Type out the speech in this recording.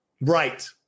Right